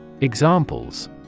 Examples